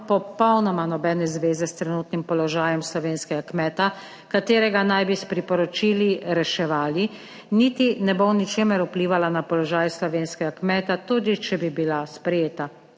popolnoma nobene zveze s trenutnim položajem slovenskega kmeta, katerega naj bi s priporočili reševali, niti ne bo v ničemer vplivala na položaj slovenskega kmeta, tudi če bi bila **22.